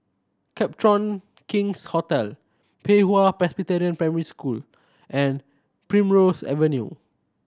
Copthorne King's Hotel Pei Hwa Presbyterian Primary School and Primrose Avenue